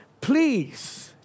please